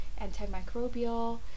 antimicrobial